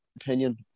opinion